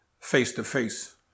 face-to-face